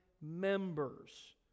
members